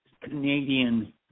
Canadian